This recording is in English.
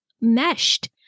meshed